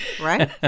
right